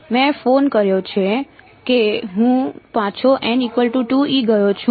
મેં ફોન કર્યો છે હું પાછો ગયો છું